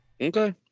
Okay